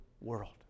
world